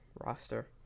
roster